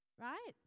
Right